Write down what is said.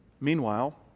Meanwhile